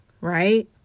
right